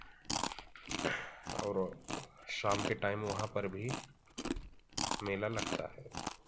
और शाम के टाइम वहाँ पर भी मेला लगता है